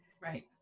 Right